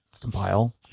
compile